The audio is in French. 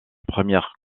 première